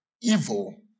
evil